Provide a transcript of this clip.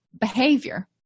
behavior